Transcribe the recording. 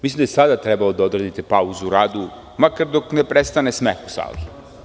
Mislim da je sada trebalo da odredite pauzu u radu, makar dok ne prestane smeh u sali.